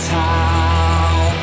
town